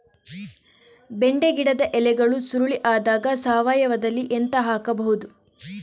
ಬೆಂಡೆ ಗಿಡದ ಎಲೆಗಳು ಸುರುಳಿ ಆದಾಗ ಸಾವಯವದಲ್ಲಿ ಎಂತ ಹಾಕಬಹುದು?